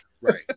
Right